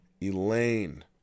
Elaine